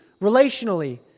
relationally